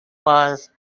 was